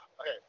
Okay